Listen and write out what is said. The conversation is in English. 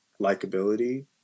likability